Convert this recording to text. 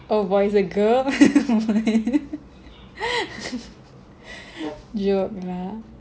oh boy is a girl joke lah